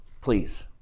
Please